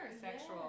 sexual